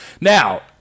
Now